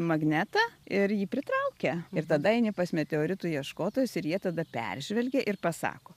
magnetą ir jį pritraukia ir tada eini pas meteoritų ieškotojus ir jie tada peržvelgia ir pasako